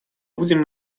будем